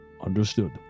understood